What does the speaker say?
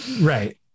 right